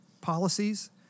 policies